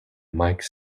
mike